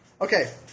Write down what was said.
Okay